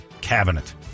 cabinet